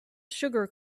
sugar